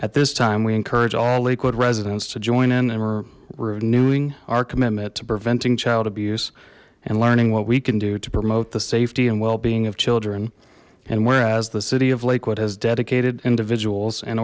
at this time we encourage all liquid residents to join in and we're renewing our commitment to preventing child abuse and learning what we can do to promote the safety and well being of children and whereas the city of lakewood has dedicated individuals and